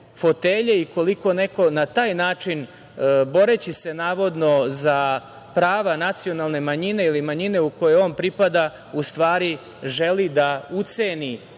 fotelje i koliko neko na taj način, boreći se, navodno, za prava nacionalne manjine ili manjine u kojoj on pripada, u stvari želi da uceni